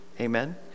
Amen